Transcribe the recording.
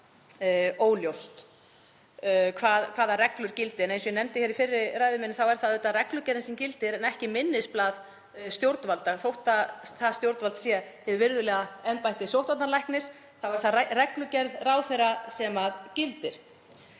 hvaða reglur gildi. En eins og ég nefndi í fyrri ræðu minni er það auðvitað reglugerðin sem gildir en ekki minnisblað stjórnvalda. Þó að það stjórnvald sé hið virðulega embætti sóttvarnalæknis þá er það reglugerð ráðherra sem gildir.